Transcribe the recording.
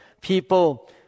people